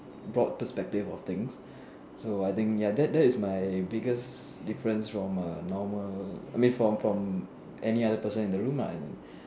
broad perspective of things so I think ya that that is my biggest difference from a normal I mean from from any person in the room lah